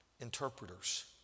interpreters